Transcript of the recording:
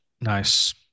Nice